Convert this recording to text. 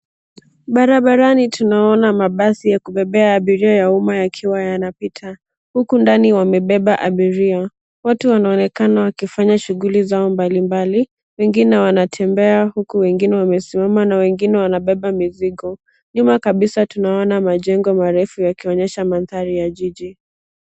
Barabarani tunaona mabasi ya kubeba abiria ya umma yakiwa yanapita, huku ndani wamebeba abiria. Watu wanaonekana wakifanya shughuli zao mbalimbali, wengine wanatembea huku wengine wamesimama na wengine wanabeba mizigo. Nyuma kabisa tunaona majengo marefu yakionyesha mandhari ya jiji.